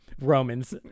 Romans